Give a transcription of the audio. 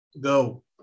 go